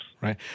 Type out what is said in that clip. Right